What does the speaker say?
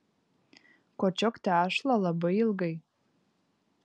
kočiok tešlą labai ilgai